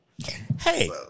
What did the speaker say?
Hey